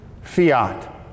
fiat